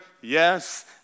yes